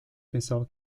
pensava